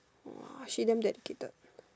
!wah! she damn dedicated